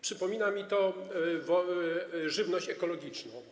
Przypomina mi to żywność ekologiczną.